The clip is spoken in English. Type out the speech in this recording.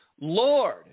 Lord